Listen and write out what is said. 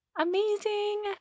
Amazing